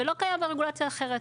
ולא קיים ברגולציה אחרת.